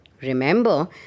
Remember